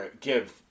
give